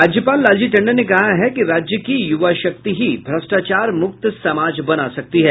राज्यपाल लालजी टंडन ने कहा है कि राज्य की युवाशक्ति ही भ्रष्टाचार मुक्त समाज बना सकती है